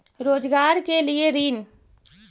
रोजगार के लिए ऋण?